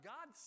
God